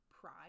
pride